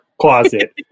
closet